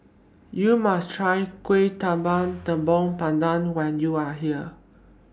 YOU must Try Kuih Talam Tepong Pandan when YOU Are here